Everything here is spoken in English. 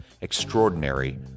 Extraordinary